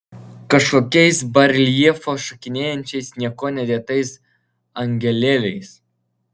kažkokiais bareljefe šokinėjančiais niekuo nedėtais angelėliais